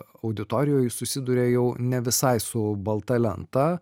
auditorijoj susiduria jau ne visai su balta lenta